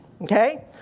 okay